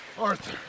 Arthur